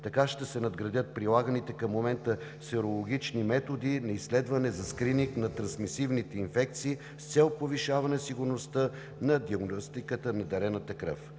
Така ще се надградят прилаганите към момента серологични методи на изследване за скриининг на трансмисивните инфекции с цел повишаване сигурността на диагностиката на дарената кръв.